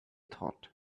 thought